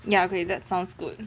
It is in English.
ya okay that sounds good